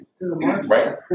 Right